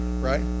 right